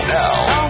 now